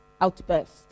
outburst